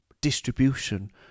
distribution